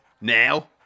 Now